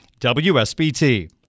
WSBT